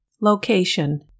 Location